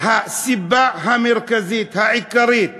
הסיבה המרכזית, העיקרית